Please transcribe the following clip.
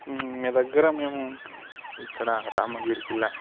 మీ దగ్గర మేము ఇక్కడ రామగిరి ఖిల్లా